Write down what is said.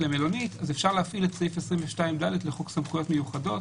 אז אפשר להפעיל את סעיף 22(ד) לחוק סמכויות מיוחדות